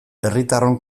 herritarron